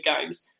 games